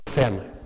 family